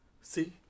See